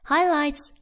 Highlights